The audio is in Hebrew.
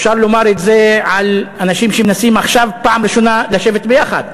אפשר לומר את זה על אנשים שמנסים עכשיו פעם ראשונה לשבת ביחד,